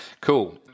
cool